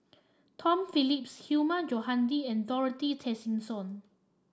Tom Phillips Hilmi Johandi and Dorothy Tessensohn